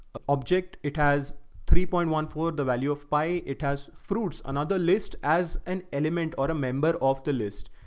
object. it has three point one four, the value of pi. it has fruits and other lists as an element or a member of the list.